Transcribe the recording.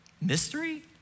Mystery